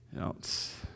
else